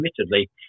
admittedly